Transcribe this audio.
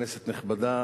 כנסת נכבדה,